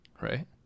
Right